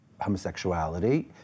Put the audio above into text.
homosexuality